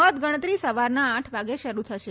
મતગણતરી સવારના આઠ વાગે શરૂ થશે